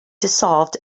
dissolved